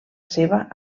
seva